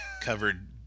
covered